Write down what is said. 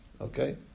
Okay